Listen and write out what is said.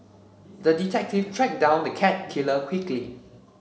the detective tracked down the cat killer quickly